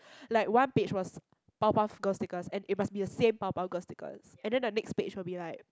like one page was Powerpuff Girls stickers and it must be the same Powerpuff Girls stickers and then the next page will be like